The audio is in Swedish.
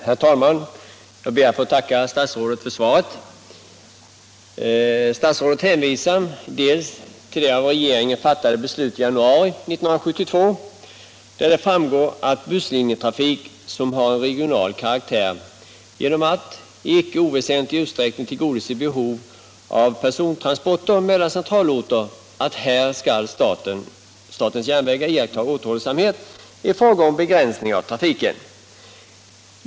Herr talman! Jag ber att få tacka statsrådet för svaret. Statsrådet hänvisar till det av regeringen fattade beslutet i januari 1972 av vilket framgår att i fråga om busslinjetrafik som har regional karaktär genom att den i icke oväsentlig utsträckning tillgodoser behov av persontransporter mellan centralorter skall statens järnvägar iaktta återhållsamhet när det gäller begränsningar av trafiken.